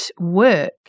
work